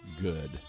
good